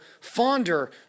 fonder